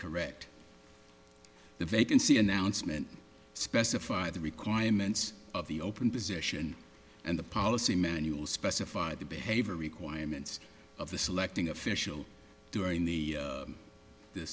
correct the vacancy announcement specify the requirements of the open position and the policy manual specify the behavior requirements of the selecting official during the